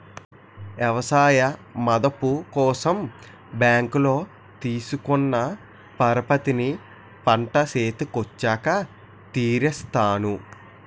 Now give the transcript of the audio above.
ఎవసాయ మదుపు కోసం బ్యాంకులో తీసుకున్న పరపతిని పంట సేతికొచ్చాక తీర్సేత్తాను